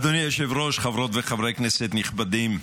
אדוני היושב-ראש, חברות וחברי כנסת נכבדים,